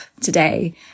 today